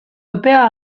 epea